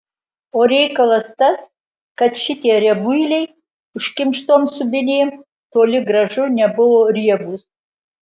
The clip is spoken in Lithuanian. o reikalas tas kad šitie riebuiliai užkimštom subinėm toli gražu nebuvo riebūs